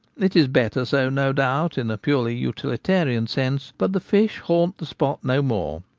it is better so, no doubt, in a purely utilitarian sense, but the fish haunt the spot no more.